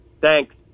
thanks